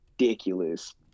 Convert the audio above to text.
ridiculous